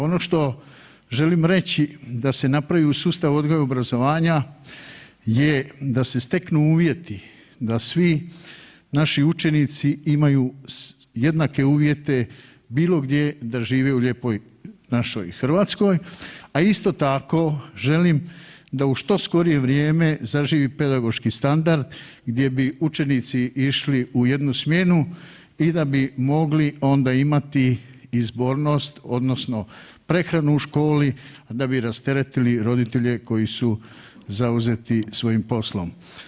Ono što želim reći da se napravi u sustavu odgoja i obrazovanja gdje, da se steknu uvjeti da svi naši učenici imaju jednake uvjete bilo gdje da žive u Lijepoj našoj Hrvatskoj, a isto tako, želim da u što skorije vrijeme zaživi pedagoški standard gdje bi učenici išli u jednu smjenu i da bi mogli onda imati izbornost, odnosno prehranu u školi, da bi rasteretili roditelje koji su zauzeti svojim poslom.